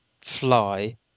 fly